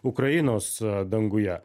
ukrainos danguje